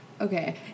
Okay